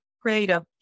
creative